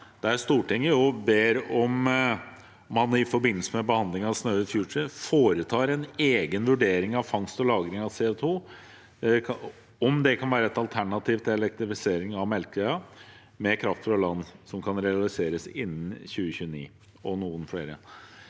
Stortinget om at man i forbindelse med behandlingen av Snøhvit Future foretar en egen vurdering av fangst og lagring av CO2 og om det kan være et alternativ til elektrifisering av Melkøya med kraft fra land som kan realiseres innen 2029 – og noen flere.